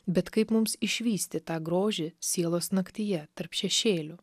bet kaip mums išvysti tą grožį sielos naktyje tarp šešėlių